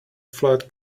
flood